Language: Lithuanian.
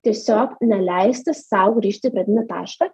tiesiog neleisti sau grįžti į pradinį tašką